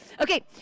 Okay